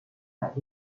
zeit